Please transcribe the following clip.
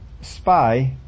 spy